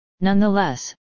Nonetheless